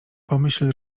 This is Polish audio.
pomyśl